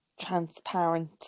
transparent